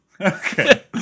Okay